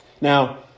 Now